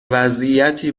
وضعیتی